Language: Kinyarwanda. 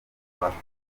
bakoze